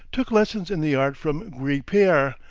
took lessons in the art from guipiere,